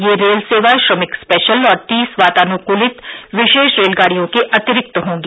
ये रेल सेवा श्रमिक स्पेशल और तीस वातानुकूलित विशेष रेलगाड़ियों के अतिरिक्त होंगी